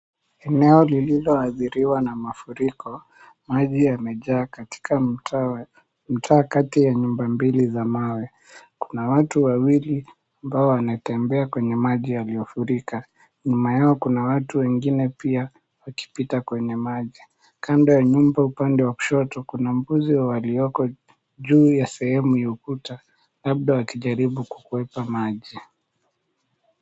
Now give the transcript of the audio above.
Eneo ililowaadhiriwa na mafuriko, maji yamejaa katika mtaa kati ya nyumba mbili za mawe. Kuna watu wawili ambao wanatembea kwenye maji yaliyofurika. Nyuma yao kuna watu wengine pia wakipita kwenye maji. Kando ya nyumba upande wa kushoto kuna mbuzi walioko juu ya sehemu ya ukuta, labda wakijaribu kukwepa maji.